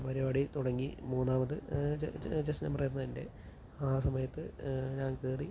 പരുപാടി തുടങ്ങി മൂന്നാമത് ചെസ്സ് നമ്പർ ആയിരുന്നു എൻ്റെ ആ സമയത്തു ഞാൻ കയറി